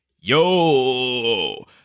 yo